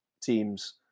teams